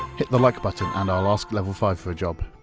hit the like button and i'll ask level five for a job.